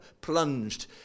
plunged